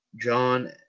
john